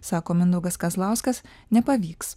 sako mindaugas kazlauskas nepavyks